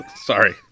Sorry